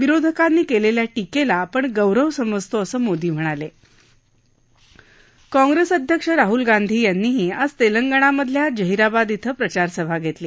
विरोधकांनी क्लिख्या टिक्लि आपण गौरव समजतो असं मोदी म्हणाल काँग्रस्त अध्यक्ष राहुल गांधी यांनीही आज तक्तीणामधल्या जहीराबाद इथं प्रचारसभा घस्तिी